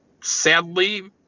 sadly